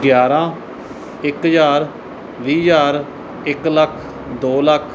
ਗਿਆਰਾਂ ਇੱਕ ਹਜ਼ਾਰ ਵੀਹ ਹਜ਼ਾਰ ਇੱਕ ਲੱਖ ਦੋ ਲੱਖ